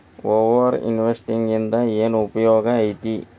over investing ಇಂದ ಏನ್ ಉಪಯೋಗ ಐತಿ